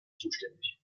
zuständig